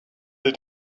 they